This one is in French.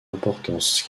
importance